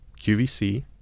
QVC